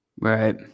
Right